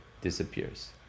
disappears